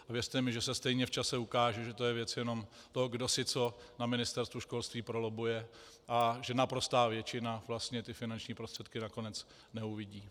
A věřte mi, že se stejně v čase ukáže, že to je věc jenom toho, kdo si co na Ministerstvu školství prolobbuje, a že naprostá většina ty finanční prostředky nakonec neuvidí.